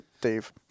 Dave